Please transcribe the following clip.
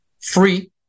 free